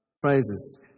phrases